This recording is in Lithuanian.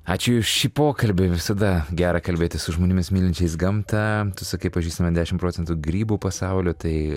ačiū už šį pokalbį visada gera kalbėtis su žmonėmis mylinčiais gamtą tu sakai pažįstame dešim procentų grybų pasaulio tai